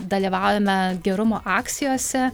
dalyvaujame gerumo akcijose